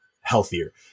healthier